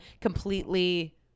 completely